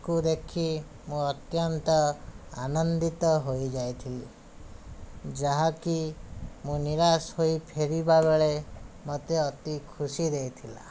ତାକୁ ଦେଖି ମୁଁ ଅତ୍ୟନ୍ତ ଆନନ୍ଦିତ ହୋଇଯାଇଥିଲି ଯାହାକି ମୁଁ ନିରାଶ ହୋଇ ଫେରିବାବେଳେ ମୋତେ ଅତି ଖୁସି ଦେଇଥିଲା